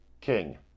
King